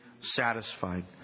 satisfied